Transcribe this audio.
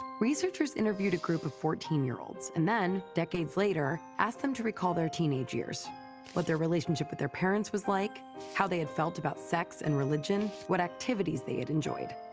researchers interviewed a group of fourteen year-olds and then, decades later, asked them to recall their teenage years what their relationship with their parents was like how they had felt about sex and religion what activities they had enjoyed.